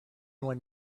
went